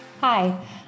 Hi